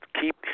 keep